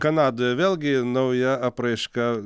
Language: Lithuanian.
kanada vėlgi nauja apraiška